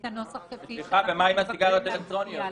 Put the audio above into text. סליחה, ומה עם הסיגריות האלקטרוניות?